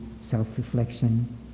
self-reflection